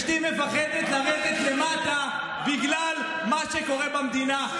אשתי מפחדת לרדת למטה בגלל מה שקורה במדינה.